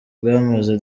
bwamaze